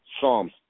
Psalms